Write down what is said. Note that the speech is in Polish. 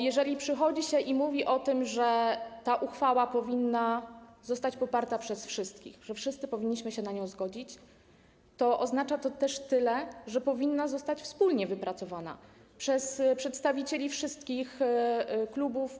Jeżeli przychodzi się i mówi o tym, że ta uchwała powinna zostać poparta przez wszystkich, że wszyscy powinniśmy się na nią zgodzić, to oznacza to też tyle, że powinna zostać wspólnie wypracowana przez przedstawicieli wszystkich klubów.